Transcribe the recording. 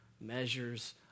measures